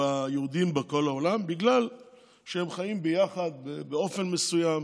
ביהודים בכל העולם, כי הם חיים ביחד, באופן מסוים,